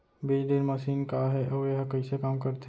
बीज drill machine का हे अऊ एहा कइसे काम करथे?